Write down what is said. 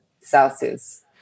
Celsius